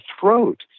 throat